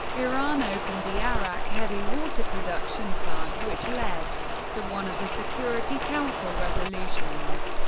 iran opened the arak heavy water production plant, which led to one of the security council resolutions.